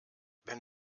wenn